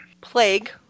plague